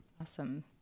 Awesome